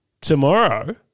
tomorrow